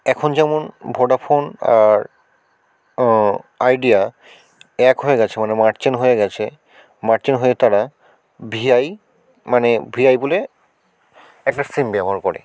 এখন যেমন ভোডাফোন আর আইডিয়া এক হয়ে গেছে মানে মার্চেন হয়ে গেছে মার্চেন হয়ে তারা ভি আই মানে ভি আই বলে একটা সিম ব্যবহার করে